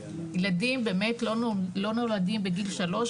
ילדים באמת לא נולדים בגיל שלוש,